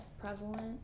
prevalent